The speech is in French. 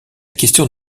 question